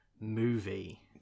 movie